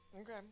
Okay